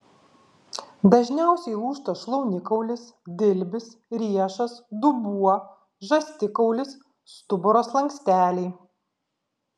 dažniausiai lūžta šlaunikaulis dilbis riešas dubuo žastikaulis stuburo slanksteliai